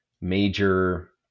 major